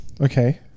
Okay